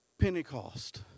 Pentecost